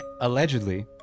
allegedly